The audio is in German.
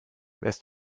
wärst